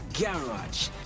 garage